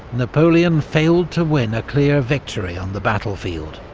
napoleon failed to win a clear victory on the battlefield.